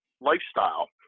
lifestyle